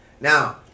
Now